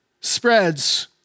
spreads